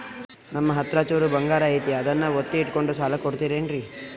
ನಮ್ಮಹತ್ರ ಚೂರು ಬಂಗಾರ ಐತಿ ಅದನ್ನ ಒತ್ತಿ ಇಟ್ಕೊಂಡು ಸಾಲ ಕೊಡ್ತಿರೇನ್ರಿ?